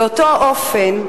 באותו אופן,